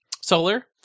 solar